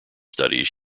studies